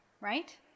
right